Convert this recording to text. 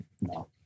No